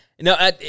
no